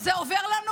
זה עובר לנו,